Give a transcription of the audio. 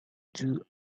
two